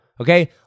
Okay